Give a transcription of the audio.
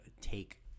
take